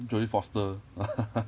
jodie foster